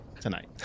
tonight